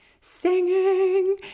singing